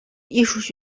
艺术